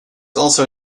also